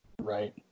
Right